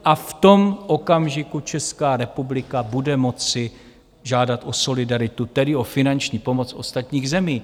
A v tom okamžiku Česká republika bude moci žádat o solidaritu, tedy o finanční pomoc ostatních zemí.